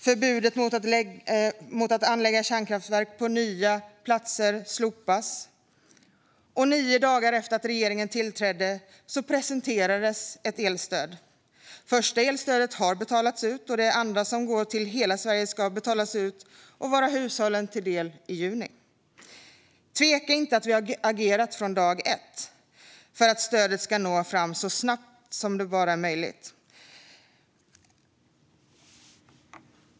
Förbudet mot att anlägga kärnkraftverk på nya platser slopas. Nio dagar efter att regeringen tillträdde presenterades ett elstöd. Första elstödet har betalats ut, och det andra som går till hela Sverige ska betalas ut och vara hushållen till del i juni. Tvivla inte på att vi har agerat från dag ett för att stödet ska nå fram så snabbt som det bara är möjligt.